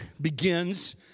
begins